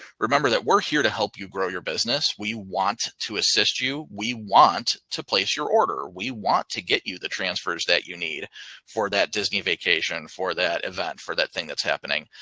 remember that we're here to help you grow your business. we want to assist you. we want to place your order. we want to get you the transfers that you need for that disney vacation, for that event, for that thing that's happening.